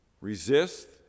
resist